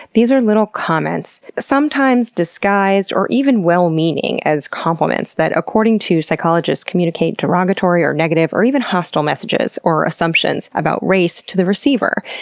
these are little comments sometimes disguised, or even well meaning, as compliments that, according to psychologists, communicate derogatory, or negative, or even hostile messages or assumptions about race to the receiver.